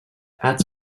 add